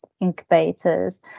incubators